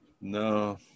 no